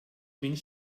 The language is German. minh